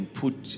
put